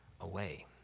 away